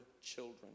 children